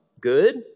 Good